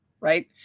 Right